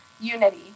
unity